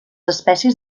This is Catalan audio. espècies